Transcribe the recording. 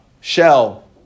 shell